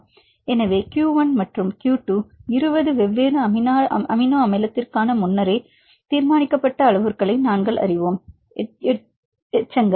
எனவே q 1 மற்றும் q 2 20 வெவ்வேறு அமினோ அமிலத்திற்கான முன்னரே தீர்மானிக்கப்பட்ட அளவுருக்களை நாங்கள் அறிவோம் எச்சங்கள்